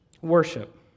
worship